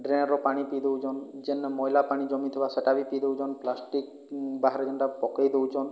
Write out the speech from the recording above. ଡ୍ରେନ୍ର ପାଣି ପିଇଦେଉଛନ୍ତି ଯେନେ ମଇଲା ପାଣି ଜମିଥିବ ସେଇଟା ବି ପିଇଦେଉଛନ୍ତି ପ୍ଲାଷ୍ଟିକ୍ ବାହାରେ ଯେଉଁଟା ପକାଇଦେଉଛନ୍ତି